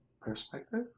perspective